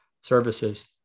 services